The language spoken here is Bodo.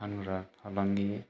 फानग्रा फालांगि